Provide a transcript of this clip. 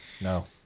No